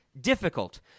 difficult